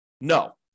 No